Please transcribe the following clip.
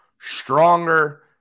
stronger